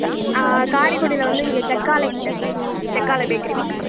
க காரைக்குடியில் வந்து இங்கே செக்காலை கிட்டே சார் செக்காலை பேக்கரி பக்கத்தில்